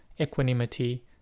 equanimity